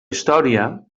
història